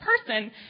person